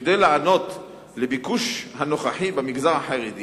כדי לענות על הביקוש הנוכחי במגזר החרדי